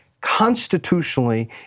constitutionally